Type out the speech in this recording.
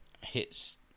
hits